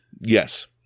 yes